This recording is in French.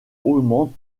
augmente